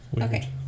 Okay